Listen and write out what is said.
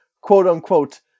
quote-unquote